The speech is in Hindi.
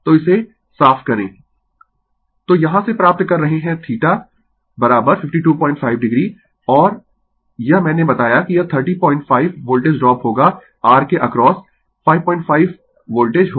Refer Slide Time 1101 तो यहाँ से प्राप्त कर रहे है थीटा 525 o और यह मैंने बताया कि यह 305 वोल्टेज ड्राप होगा r के अक्रॉस 55 वोल्टेज होगा